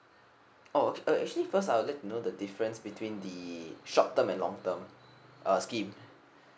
oh okay uh actually first I'll like to know the difference between the short term and long term uh scheme